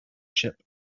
ship